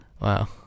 Wow